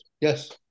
Yes